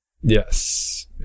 Yes